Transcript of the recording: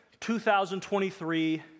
2023